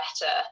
better